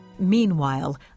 Meanwhile